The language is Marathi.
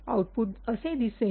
आउटपुट असे दिसेल